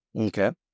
Okay